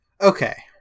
Okay